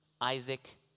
Isaac